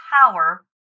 power